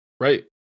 right